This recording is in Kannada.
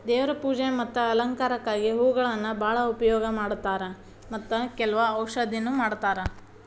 ದೇವ್ರ ಪೂಜೆ ಮತ್ತ ಅಲಂಕಾರಕ್ಕಾಗಿ ಹೂಗಳನ್ನಾ ಬಾಳ ಉಪಯೋಗ ಮಾಡತಾರ ಮತ್ತ ಕೆಲ್ವ ಔಷಧನು ಮಾಡತಾರ